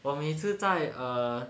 我每次在 err